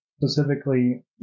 specifically